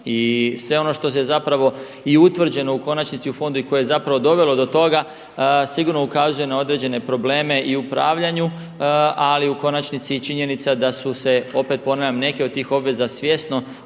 I sve ono što je zapravo i utvrđeno u konačnici u fondu i koje je zapravo dovelo do toga sigurno ukazuje na određene probleme i u upravljanju, ali u konačnici i činjenica da su se opet ponavljam neke od tih obveza svjesno